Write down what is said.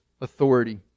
authority